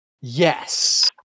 Yes